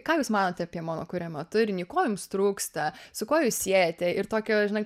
ką jūs manote apie mano kuriamą turinį ko jums trūksta su kuo jūs siejate ir tokio žinai